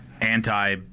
anti